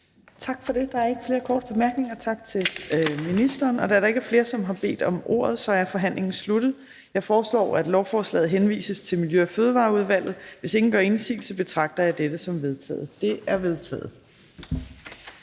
Tak for det. Der er ikke flere korte bemærkninger. Tak til ministeren. Da der ikke er flere, som har bedt om ordet, er forhandlingen sluttet. Jeg foreslår, at lovforslaget henvises til Miljø- og Fødevareudvalget. Hvis ingen gør indsigelse, betragter jeg dette som vedtaget. Det er vedtaget.